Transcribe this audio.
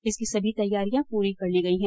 इसकी सभी तैयारियां पूरी कर ली गई है